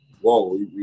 whoa